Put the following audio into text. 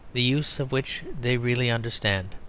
the use of which they really understand.